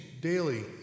daily